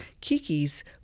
Kiki's